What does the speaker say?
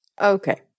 Okay